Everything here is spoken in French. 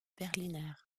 berliner